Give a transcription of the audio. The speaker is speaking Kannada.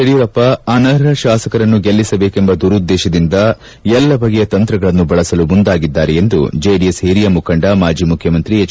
ಯಡಿಯೂರಪ್ಪ ಅನರ್ಹ ಶಾಸಕರನ್ನು ಗೆಲ್ಲಿಸಬೇಕೆಂಬ ದುರುದ್ದೇಶದಿಂದ ಎಲ್ಲ ಬಗೆಯ ತಂತ್ರಗಳನ್ನು ಬಳಸಲು ಮುಂದಾಗಿದ್ದಾರೆ ಎಂದು ಜೆಡಿಎಸ್ ಹಿರಿಯ ಮುಖಂಡ ಮಾಜಿ ಮುಖ್ಯ ಮಂತ್ರಿ ಹೆಚ್